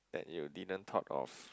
that you didn't thought of